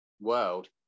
world